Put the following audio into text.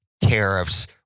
tariffs